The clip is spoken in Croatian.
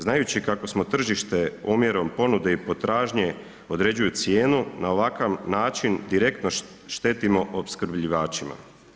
Znajući kako smo tržište omjerom ponude i potražnje određuju cijenu na ovakav način direktno štetimo opskrbljivačima.